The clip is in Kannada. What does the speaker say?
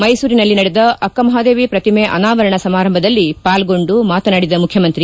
ಮೈಸೂರಿನಲ್ಲಿ ನಡೆದ ಅಕ್ಕಮಹಾದೇವಿ ಪ್ರತಿಮೆ ಅನಾವರಣ ಸಮಾರಂಭದಲ್ಲಿ ಪಾಲ್ಗೊಂಡು ಮಾತನಾಡಿದ ಮುಖ್ಖಮಂತ್ರಿ